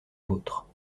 vôtre